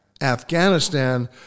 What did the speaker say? Afghanistan